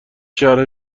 شرح